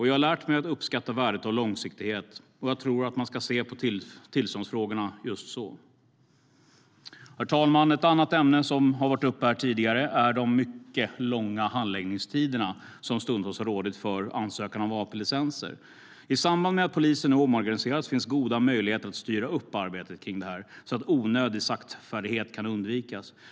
Jag har lärt mig att uppskatta värdet av långsiktighet, och jag tror att man ska se på tillståndsfrågorna just så. Herr talman! Ett annat ämne som har varit uppe tidigare är de mycket långa handläggningstider som stundtals har rått när det gäller ansökan om vapenlicenser. I samband med att polisen nu omorganiseras finns goda möjligheter att styra upp arbetet kring det här så att onödig saktfärdighet kan undvikas.